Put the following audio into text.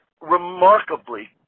remarkably